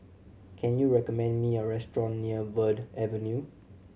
can you recommend me a restaurant near Verde Avenue